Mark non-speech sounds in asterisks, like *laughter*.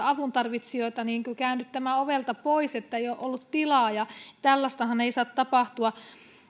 *unintelligible* avuntarvitsijoita käännyttämään ovelta pois ettei ole ollut tilaa ja tällaistahan ei saa tapahtua